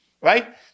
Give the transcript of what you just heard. right